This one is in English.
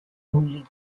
only